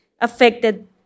affected